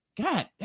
god